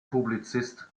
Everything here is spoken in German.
publizist